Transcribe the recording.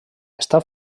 està